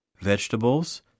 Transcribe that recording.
vegetables